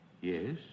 Yes